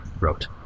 wrote